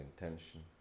intention